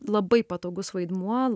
labai patogus vaidmuo